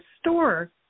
store